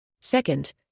Second